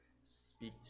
speak